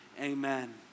Amen